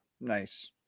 Nice